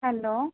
hello